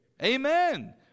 Amen